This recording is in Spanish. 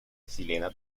chilena